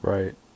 Right